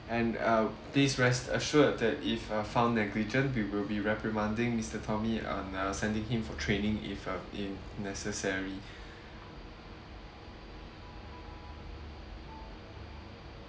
and uh please rest assured that if uh found negligent we will be reprimanding mister tommy and uh sending him for training if uh if necessary